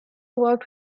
worked